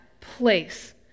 place